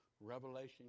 Revelation